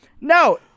No